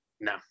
No